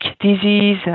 disease